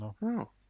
no